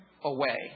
away